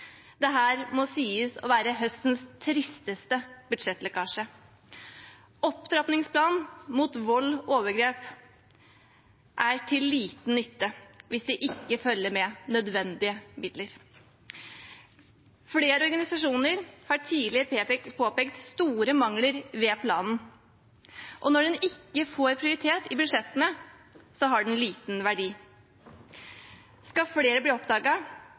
må sies å være høstens tristeste budsjettlekkasje. Opptrappingsplanen mot vold og overgrep er til liten nytte hvis det ikke følger med nødvendige midler. Flere organisasjoner har tidlig påpekt store mangler ved planen, og når den ikke får prioritet i budsjettene, har den liten verdi. Skal flere bli